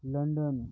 London